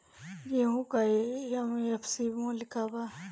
गेहू का एम.एफ.सी मूल्य का बा?